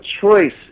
choice